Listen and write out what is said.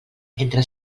entra